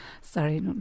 Sorry